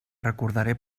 recordaré